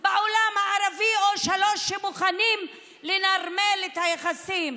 בעולם הערבי, או שלושה, שמוכנים לנרמל את היחסים?